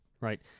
right